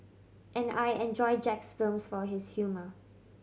and I enjoy Jack's films for his humour